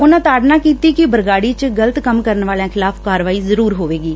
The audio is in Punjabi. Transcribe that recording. ਉਨਾਂ ਤਾੜਨਾ ਕੀਤੀ ਕਿ ਬਰਗਾੜੀ ਚ ਗਲਤ ਕੰਮ ਕਰਨ ਵਾਲਿਆਂ ਖਿਲਾਫ਼ ਕਾਰਵਾਈ ਜ਼ਰੂਰ ਹੋਵੇਗੀ